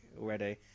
already